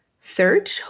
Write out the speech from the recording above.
Third